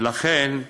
ולכן,